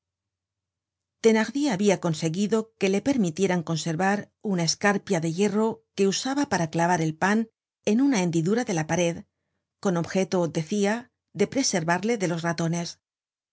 perros thenardier habia conseguido que le permitieran conservar una escarpia de hierro que usaba para clavar el pan en una hendidura de la pared con objeto decia de preservarle de los ratones